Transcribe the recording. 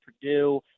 Purdue